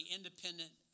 Independent